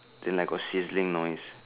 then got sizzling noise